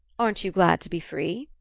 aren't you glad to be free?